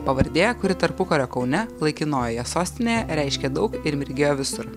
pavardė kuri tarpukario kaune laikinojoje sostinėje reiškė daug ir mirgėjo visur